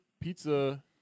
pizza